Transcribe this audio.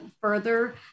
further